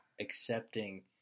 accepting